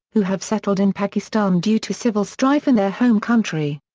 who have settled in pakistan due to civil strife in their home country.